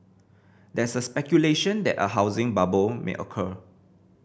there is speculation that a housing bubble may occur